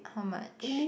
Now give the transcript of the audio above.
how much